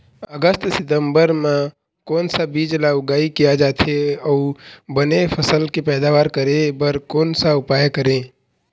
अगस्त सितंबर म कोन सा बीज ला उगाई किया जाथे, अऊ बने फसल के पैदावर करें बर कोन सा उपाय करें?